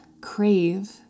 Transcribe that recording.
crave